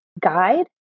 guide